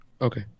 Okay